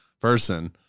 person